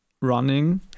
running